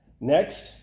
Next